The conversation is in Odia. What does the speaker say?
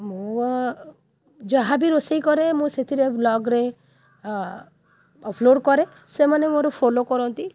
ମୁଁ ଯାହା ବି ରୋଷେଇ କରେ ମୁଁ ସେଥିରେ ବ୍ଲଗ୍ରେ ଅପଲୋଡ଼୍ କରେ ସେମାନେ ମୋର ଫୋଲୋ କରନ୍ତି